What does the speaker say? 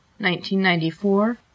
1994